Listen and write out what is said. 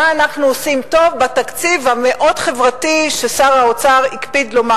מה אנחנו עושים טוב בתקציב המאוד-חברתי כפי ששר האוצר הקפיד לומר,